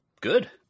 good